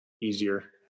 easier